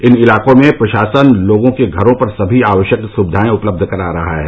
इन इलाकों में प्रशासन लोगों के घरों पर सभी आवश्यक सुविधाए उपलब्ध करा रहा है